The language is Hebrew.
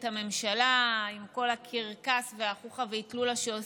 עם כל הקרקס והחוכא ואטלולא שעושים ממנה,